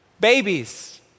babies